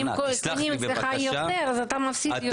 תסלח לי בבקשה -- אם --- אצלך יותר אז אתה מוסיף יותר.